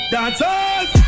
Dancers